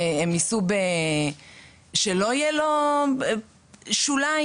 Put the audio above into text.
שלא יהיה לו שוליים?